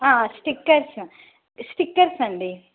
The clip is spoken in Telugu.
స్టిక్కర్స్ స్టిక్కర్స్ అండి